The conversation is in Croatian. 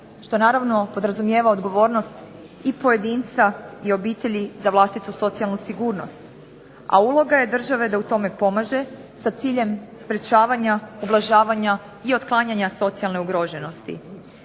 što naravno podrazumijeva odgovornost i pojedinca i obitelji za vlastitu socijalnu sigurnost. A uloga je države da u tome pomaže sa ciljem sprječavanja ublažavanja i otklanjanja socijalne ugroženosti.